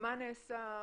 מה נעשה,